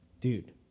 dude